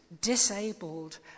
disabled